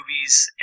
movies